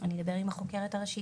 אני אדבר עם החוקרת הראשית.